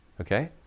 Okay